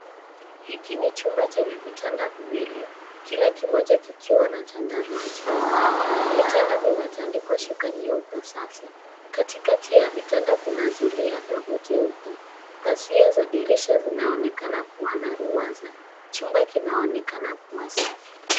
Hiki ni chumba chenye vitanda viwili kila kimoja kikiwa na chandarua cheupe. Vitanda vimetandikwa shuka nyeupe safi. Katikati ya vitanda kuna zulia dogo jeupe. Pazia za dirisha zinaonekana kuwa na ruaza. Chumba kinaonekana kuwa safi.